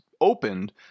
opened